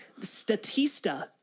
Statista